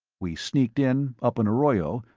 we sneaked in, up an arroyo,